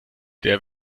der